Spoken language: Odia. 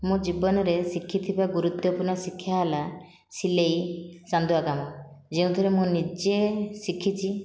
ମୋ' ଜୀବନରେ ଶିଖିଥିବା ଗୁରୁତ୍ଵପୂର୍ଣ୍ଣ ଶିକ୍ଷା ହେଲା ସିଲେଇ ଚାନ୍ଦୁଆ କାମ ଯେଉଁଥିରେ ମୁଁ ନିଜେ ଶିଖିଛି